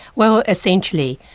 well essentially,